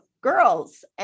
girls